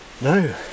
No